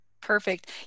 perfect